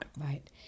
Right